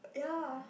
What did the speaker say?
ya